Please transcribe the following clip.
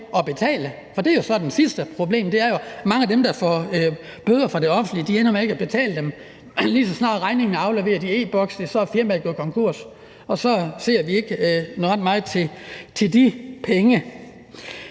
at betale. Det er jo så det næste problem, for mange af dem, der får bøder fra det offentlige, ender med ikke at betale dem, for ligeså snart regningen er afleveret i e-boksen, er firmaet gået konkurs, og så ser vi ikke ret meget til de penge.